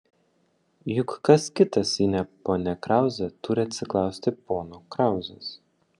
juk kas kitas jei ne ponia krauzė turi atsiklausti pono krauzės